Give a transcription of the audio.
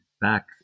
back